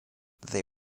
they